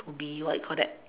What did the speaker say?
to be what you call that